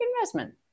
investment